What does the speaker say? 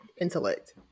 intellect